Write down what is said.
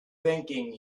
thinking